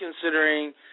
considering –